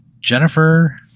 Jennifer